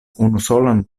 unusolan